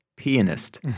pianist